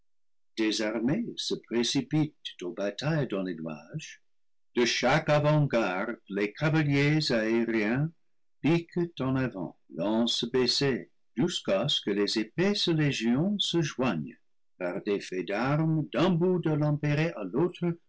des armées se précipitent aux batailles dans les nuages de chaque avant-garde les cavaliers aériens piquent en avant lances baissées jusqu'à ce que les épaisses légions se joignent par des faits d'armes d'un bout de l'empyrée à l'autre